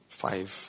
five